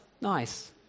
nice